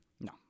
No